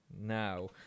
now